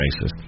racist